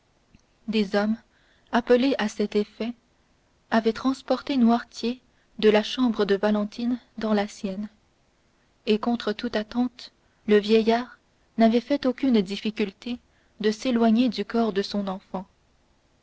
des hommes appelés à cet effet avaient transporté noirtier de la chambre de valentine dans la sienne et contre toute attente le vieillard n'avait fait aucune difficulté de s'éloigner du corps de son enfant